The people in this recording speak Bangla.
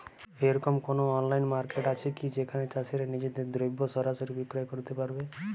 এরকম কোনো অনলাইন মার্কেট আছে কি যেখানে চাষীরা নিজেদের দ্রব্য সরাসরি বিক্রয় করতে পারবে?